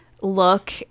look